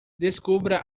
descubra